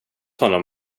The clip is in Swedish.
honom